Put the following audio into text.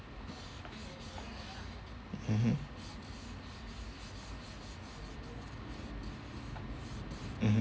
mmhmm mmhmm